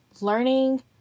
learning